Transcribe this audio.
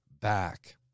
back